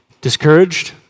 discouraged